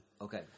Okay